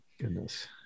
goodness